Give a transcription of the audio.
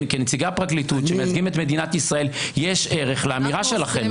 כנציגי הפרקליטות שמייצגים את מדינת ישראל יש ערך לאמירה שלכם.